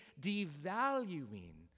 devaluing